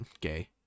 Gay